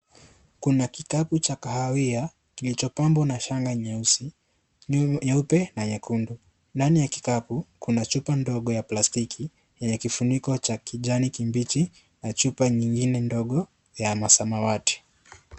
Kuna kukapu cha kahawia kilichopambwa na shanga nyeusi, nyeupe na nyekundu. Ndani ya kikapu kuna chupa ndogo ya (cs)plastiki(cs) ya kifuniko ya kijani kibichi na chupa nyingine ndogo ya samawati.